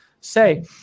say